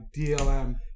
DLM